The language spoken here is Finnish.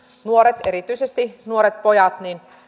nuoret erityisesti nuoret pojat